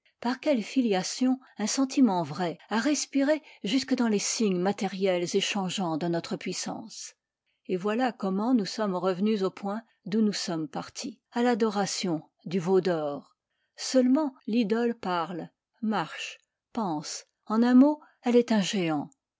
par quelle filiation un sentiment vrai a respiré jusque dans les signes matériels et changeants de notre puissance et voilà comment nous sommes revenus au point d'où nous sommes partis à l'adoration du veau d'or seulement l'idole parle marche pense en un mot elle est un géant